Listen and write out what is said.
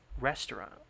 restaurant